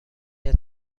است